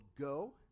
go